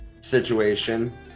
situation